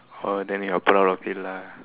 oh then you are proud of it lah